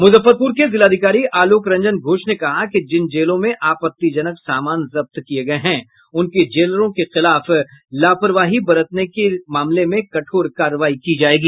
मुजफ्फरपुर के जिलाधिकारी आलोक रंजन घोष ने कहा कि जिन जेलों में आपत्तिजनक सामान जब्त की गयी है उनके जेलरों के खिलाफ लापरवाही बरतने के खिलाफ कठोर कार्रवाई की जायेगी